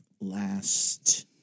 last